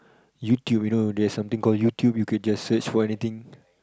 YouTube you know there's something called YouTube you could just search for anything